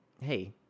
hey